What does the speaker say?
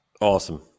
awesome